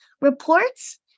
reports